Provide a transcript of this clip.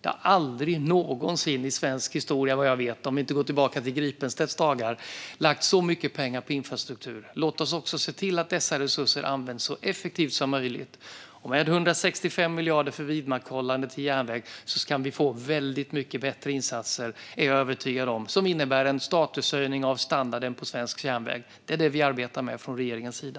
Det har aldrig någonsin i svensk historia vad jag vet, om vi inte går tillbaka till Gripenstedts dagar, lagts så mycket pengar på infrastruktur. Låt oss också se till att dessa resurser används så effektivt som möjligt! Med 165 miljarder för vidmakthållande till järnväg är jag övertygad om att vi kan få väldigt mycket bättre insatser som innebär en statushöjning av standarden på svensk järnväg. Det är det som vi arbetar med från regeringens sida.